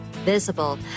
visible